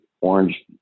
orange